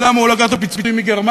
למה הוא לקח את הפיצויים מגרמניה,